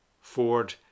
Ford